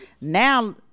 Now